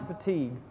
fatigue